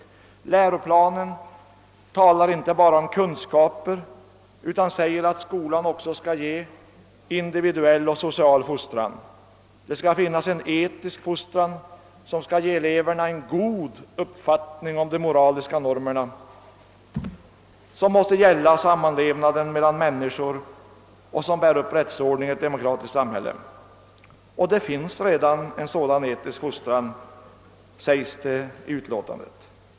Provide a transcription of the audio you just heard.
I läroplanen talas inte bara om kunskaper, utan det heter att skolan också skall ge individuell och social fostran samt en etisk fostran, som skall bibringa eleverna en god uppfattning om de moraliska normer som måste gälla för samlevnaden mellan människor och som bär upp rättsordningen i ett demokratiskt samhälle. Det finns redan en sådan etisk fostran, heter det i utlåtandet.